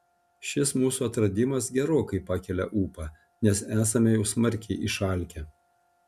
šis mūsų atradimas gerokai pakelia ūpą nes esame jau smarkiai išalkę